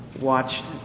watched